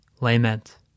Lament